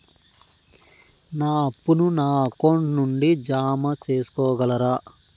నా అప్పును నా అకౌంట్ నుండి జామ సేసుకోగలరా?